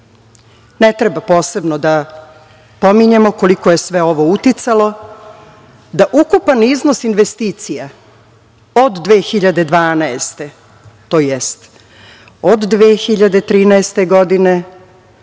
treba posebno da pominjemo koliko je sve ovo uticalo da ukupan iznos investicija od 2012. godine tj. od 2013. godine